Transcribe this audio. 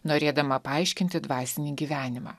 norėdama paaiškinti dvasinį gyvenimą